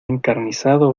encarnizado